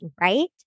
right